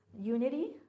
unity